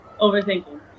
overthinking